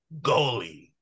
goalie